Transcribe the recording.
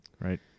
right